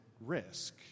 risk